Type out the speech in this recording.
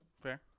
Fair